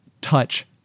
touch